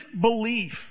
belief